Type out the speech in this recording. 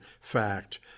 Fact